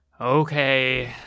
Okay